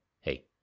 Hey